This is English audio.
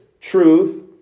truth